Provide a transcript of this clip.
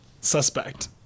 suspect